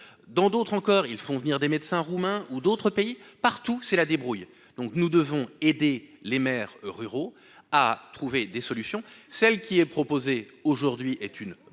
dans d'autres encore, ils font venir des médecins Roumains ou d'autres pays, partout c'est la débrouille, donc nous devons aider les maires ruraux à trouver des solutions, celle qui est proposée aujourd'hui est une bonne